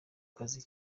kazi